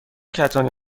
کتانی